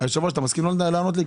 היושב ראש אתה מסכים לו לענות לי,